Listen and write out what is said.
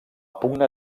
pugna